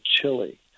chili